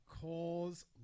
cause